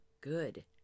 good